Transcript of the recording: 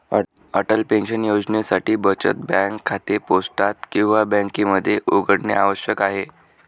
Atal pension योजनेसाठी बचत bank खाते पोस्टात किंवा बँकेमध्ये उघडणे आवश्यक आहे